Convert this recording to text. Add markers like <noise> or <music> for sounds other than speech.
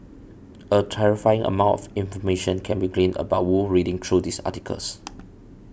<noise> a terrifying amount of information can be gleaned about Wu reading through these articles